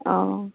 ᱚ